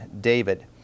David